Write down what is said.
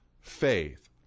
faith